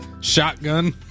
shotgun